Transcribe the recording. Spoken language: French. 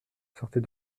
sortez